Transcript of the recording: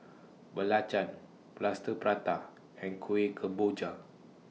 Belacan Plaster Prata and Kuih Kemboja